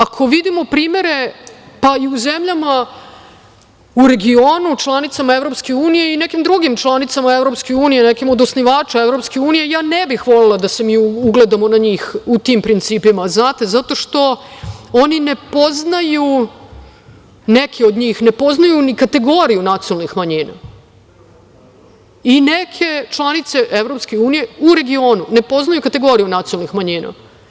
Ako vidimo primere, pa i u zemljama u regionu članicama EU i nekim drugim članicama EU, nekim od osnivača EU, ja ne bih volela da se mi ugledamo na njih u tim principima, znate, zato što oni ne poznaju neke od njih, ne poznaju ni kategoriju nacionalnih manjina i neke članice EU u regionu ne poznaju kategoriju nacionalnih manjina.